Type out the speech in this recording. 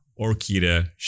Orkita